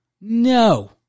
No